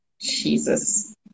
jesus